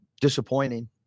disappointing